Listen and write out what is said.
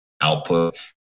output